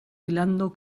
philando